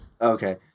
Okay